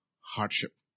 hardship